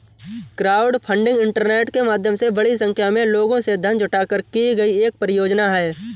crowdfunding internet के माध्यम से बड़ी संख्या में लोगों से धन जुटाकर की गई एक परियोजना है